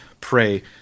pray